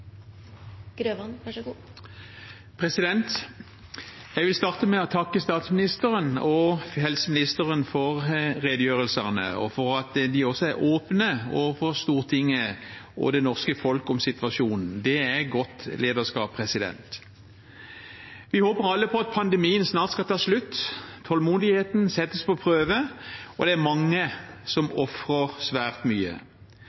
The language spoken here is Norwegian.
Jeg vil starte med å takke statsministeren og helseministeren for redegjørelsene, og for at de er åpne overfor Stortinget og det norske folk om situasjonen. Det er godt lederskap. Vi håper alle på at pandemien snart skal ta slutt. Tålmodigheten settes på prøve, og det er mange som ofrer svært mye.